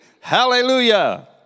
Hallelujah